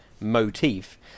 motif